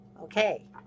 okay